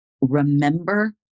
remember